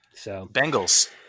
Bengals